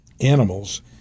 animals